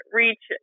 reach